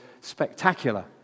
spectacular